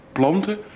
planten